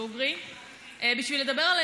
זאת האמת.